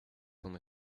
one